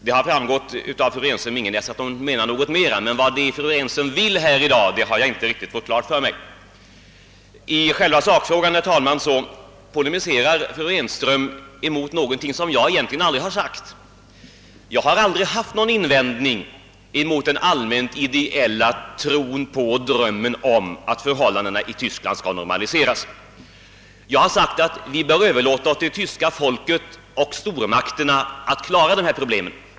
Det har framgått att fru Renström-Ingenäs menar något mera, men vad hon menar har jag inte riktigt fått klart för mig. I själva sakfrågan, berr talman, polemiserar fru Renström-Ingenäs mot någonting som jag egentligen aldrig har sagt. Jag har aldrig haft någon invänd ning mot den allmänt ideella drömmen om att förhållandena i Tyskland skall normaliseras. Jag har sagt att vi bör överlåta åt det tyska folket och stormakterna att klara dessa problem.